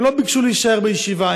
הם לא ביקשו להישאר בישיבה,